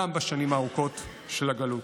גם בשנים הארוכות של הגלות.